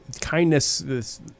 kindness